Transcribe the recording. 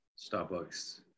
Starbucks